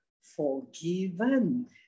forgiven